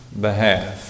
behalf